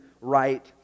right